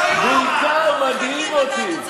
בעיקר מדהים אותי,